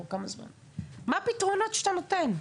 מה הפתרונות שאתה נותן?